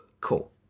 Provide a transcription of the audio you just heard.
Cool